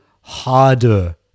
harder